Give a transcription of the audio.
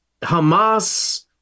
Hamas